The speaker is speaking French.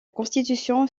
constitution